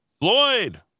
Floyd